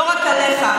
לא רק עליך,